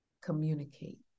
communicate